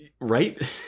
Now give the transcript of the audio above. Right